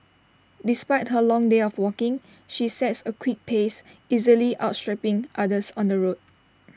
despite her long day of walking she sets A quick pace easily outstripping others on the road